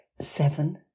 Seven